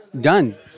done